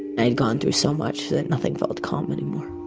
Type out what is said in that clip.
i had gone through so much that nothing felt calm anymore